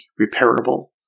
repairable